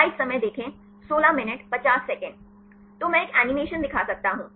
तो मैं एक एनीमेशन दिखा सकता हूं